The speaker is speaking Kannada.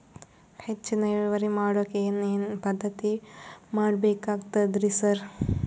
ಹೆಚ್ಚಿನ್ ಇಳುವರಿ ಮಾಡೋಕ್ ಏನ್ ಏನ್ ಪದ್ಧತಿ ಮಾಡಬೇಕಾಗ್ತದ್ರಿ ಸರ್?